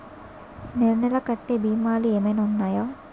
నెల నెల కట్టే భీమాలు ఏమైనా ఉన్నాయా?